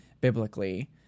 biblically